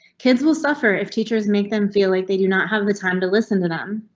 kids will suffer if teachers make them feel like they do not have the time to listen to them.